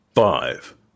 Five